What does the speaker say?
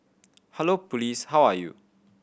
hello police how are you